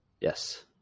Yes